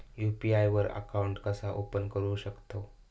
UPI वर account कसा open करू शकतव?